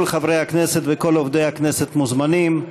כל חברי הכנסת וכל עובדי הכנסת מוזמנים.